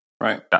Right